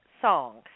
songs